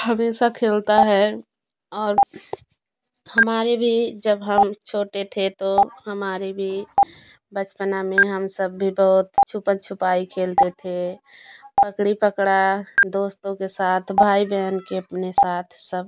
हमेशा खेलता है और हमारे भी जब हम छोटे थे तो हमारे भी बचपना में हम सब भी बहुत छुपन छुपाई खेलते थे पकड़ी पकड़ा दोस्तों के साथ भाई बहन के अपने साथ सब